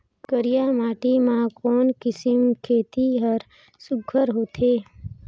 करिया माटी मा कोन किसम खेती हर सुघ्घर होथे?